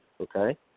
okay